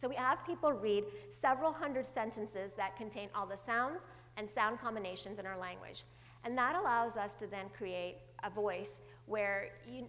so we ask people read several hundred sentences that contain all the sounds and sound combinations in our language and that allows us to then create a voice where you